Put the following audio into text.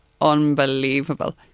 unbelievable